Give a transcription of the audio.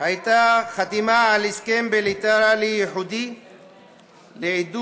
הייתה חתימה על הסכם בילטרלי ייחודי לעידוד,